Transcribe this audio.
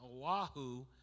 Oahu